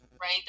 right